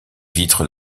vitres